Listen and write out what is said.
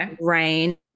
rain